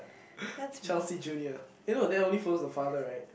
Chealsea junior eh no that only follows the father right